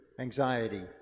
anxiety